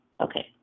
Okay